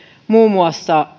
muun muassa